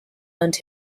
earned